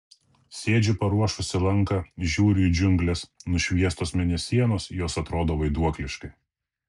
sėdžiu paruošusi lanką žiūriu į džiungles nušviestos mėnesienos jos atrodo vaiduokliškai